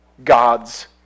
God's